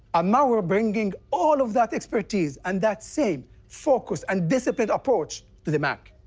um now we're bringing all of that expertise and that same focused and disciplined approach to the mac.